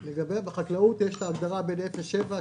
בחקלאות יש הגדרה בין 0 7,